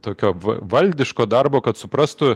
tokio va valdiško darbo kad suprastų